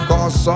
Cause